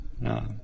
No